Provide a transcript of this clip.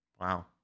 Wow